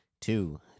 Two